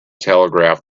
telegraph